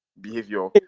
behavior